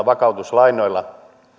vakautuslainoilla